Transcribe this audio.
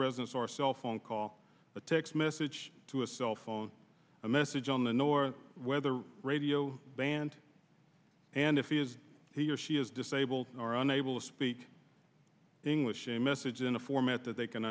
residence or cell phone call a text message to a cell phone a message on the north weather radio band and if he is he or she is disabled or unable to speak english a message in a format that they can